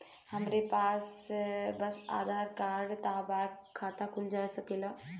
हमरे पास बस आधार कार्ड बा त खाता खुल सकेला?